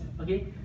okay